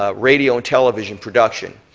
ah radio and television production.